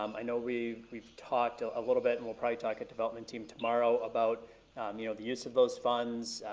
um i know we've we've talked a little bit, and we'll probably talk at development team tomorrow about um you know the use of those funds.